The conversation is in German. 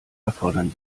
erfordern